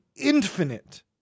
Infinite